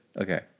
Okay